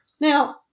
now